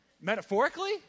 metaphorically